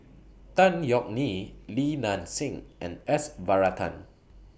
Tan Yeok Nee Li Nanxing and S Varathan